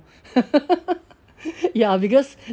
ya because